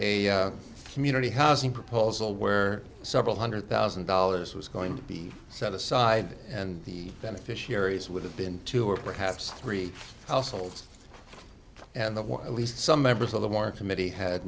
was a community housing proposal where several hundred thousand dollars was going to be set aside and the beneficiaries would have been two or perhaps three households and the at least some members of the more committee had